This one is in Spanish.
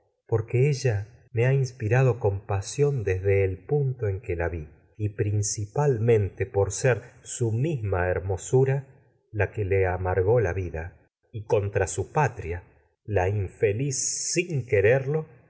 porque ella ha inspirado y com pasión por y desde su el punto en que la vi principalmente ser misma hermosura la que le amargó la vida contra ruina su propia patria la infeliz sin quererlo